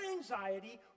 anxiety